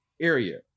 area